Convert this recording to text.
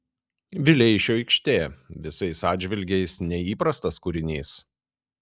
vileišio aikštė visais atžvilgiais neįprastas kūrinys